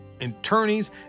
attorneys